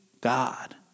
God